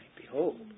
Behold